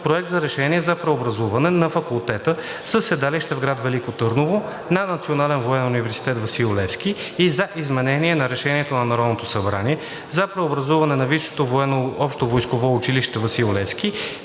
Проект на решение за преобразуване на факултета със седалище в град Велико Търново на Национален военен университет „Васил Левски“ и за изменение на Решението на Народното събрание за преобразуване на Висшето